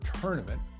tournament